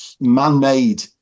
man-made